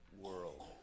world